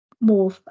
more